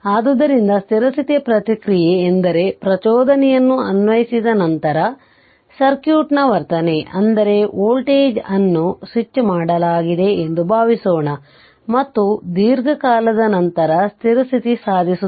ಆದ್ದರಿಂದಸ್ಥಿರ ಸ್ಥಿತಿಯ ಪ್ರತಿಕ್ರಿಯೆ ಎಂದರೆ ಪ್ರಚೋದನೆಯನ್ನು ಅನ್ವಯಿಸಿದ ನಂತರ ಸರ್ಕ್ಯೂಟ್ನ ವರ್ತನೆ ಅಂದರೆ ವೋಲ್ಟೇಜ್ ಅದನ್ನು ಸ್ವಿಚ್ ಮಾಡಲಾಗಿದೆ ಎಂದು ಭಾವಿಸೋಣ ಮತ್ತು ದೀರ್ಘಕಾಲದ ನಂತರ ಸ್ಥಿರ ಸ್ಥಿತಿ ಸಾಧಿಸುತ್ತದೆ